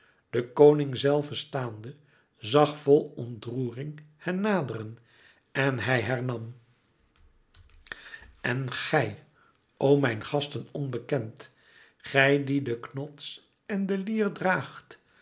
de koning zelve staande zag vol ontroering hen naderen en hij hernam en gij o mijn gasten onbekend gij die den knots en de lier draagt